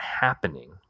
happening